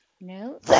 No